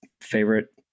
favorite